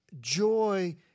joy